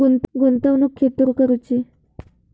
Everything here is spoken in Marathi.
गुंतवणुक खेतुर करूची?